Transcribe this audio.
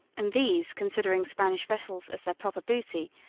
and these, considering spanish vessels as their proper booty,